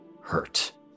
hurt